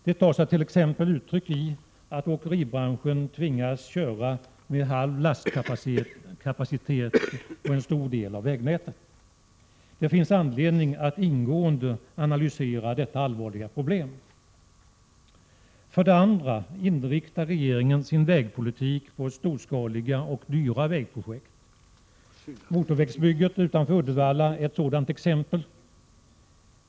Det tar sig t.ex. uttryck i att åkeribranschen tvingas köra med halv lastkapacitet på en stor del av vägnätet. Det finns anledning att ingående analysera detta allvarliga problem. För det andra inriktar regeringen sin vägpolitik på storskaliga och dyra vägprojekt. Motorvägsbygget utanför Uddevalla är ett sådant exempel.